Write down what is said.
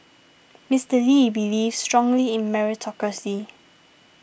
Mister Lee believed strongly in meritocracy